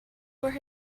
where